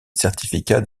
certificats